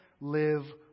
live